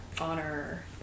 honor